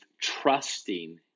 trusting